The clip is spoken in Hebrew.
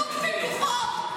תכבדו את הדגל.